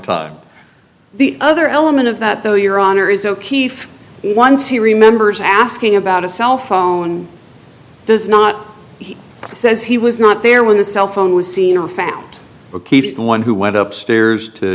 time the other element of that though your honor is o'keefe once he remembers asking about a cell phone does not he says he was not there when the cell phone was seen or found the key to the one who went up stairs to